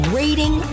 rating